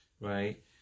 right